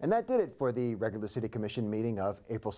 and that did it for the record the city commission meeting of april